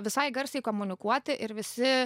visai garsiai komunikuoti ir visi